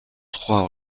trois